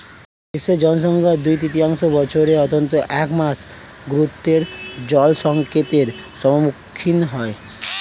বিশ্বের জনসংখ্যার দুই তৃতীয়াংশ বছরের অন্তত এক মাস গুরুতর জলসংকটের সম্মুখীন হয়